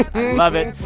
i love it.